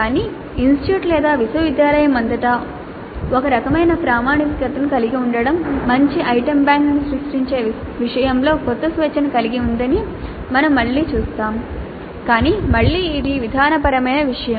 కానీ ఇన్స్టిట్యూట్ లేదా విశ్వవిద్యాలయం అంతటా ఒక రకమైన ప్రామాణికతను కలిగి ఉండటం మంచి ఐటమ్ బ్యాంక్ను సృష్టించే విషయంలో కొంత స్వేచ్ఛను కలిగి ఉందని మనం మళ్ళీ చూస్తాము కానీ మళ్ళీ ఇది విధానపరమైన విషయం